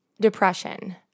Depression